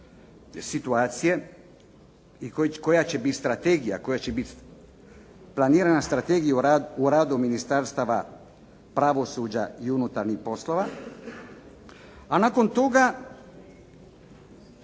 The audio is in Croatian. strategija, koja će piti planirana strategija u radu Ministarstava pravosuđa i unutarnjih poslova, a nakon toga